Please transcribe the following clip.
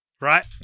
right